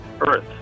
Earth